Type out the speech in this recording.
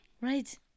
Right